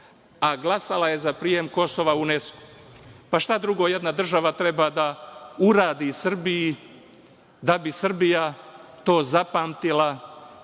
a glasala je za prijem Kosova u UNESKO. Pa, šta drugo jedna država treba da uradi Srbiji, da bi Srbija to zapamtila